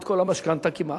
את כל המשכנתה כמעט.